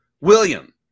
William